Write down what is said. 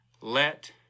Let